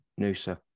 Noosa